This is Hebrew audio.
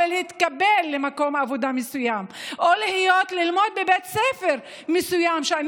להתקבל למקום עבודה מסוים או ללמוד בבית ספר מסוים שאני